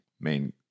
main